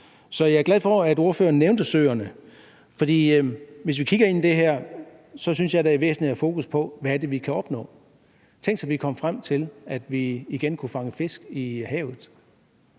jeg er glad for, at ordføreren nævnte søerne. Hvis vi kigger ind i det her, synes jeg, det er væsentligt at have fokus på, hvad det er, vi kan opnå. Tænk sig, at vi kom frem til, at vi igen kunne fange fisk i havet.